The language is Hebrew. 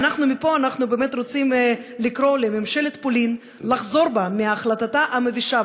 מפה אנחנו באמת רוצים לקרוא לממשלת פולין לחזור בה מהחלטתה המבישה,